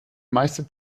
meiste